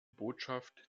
botschaft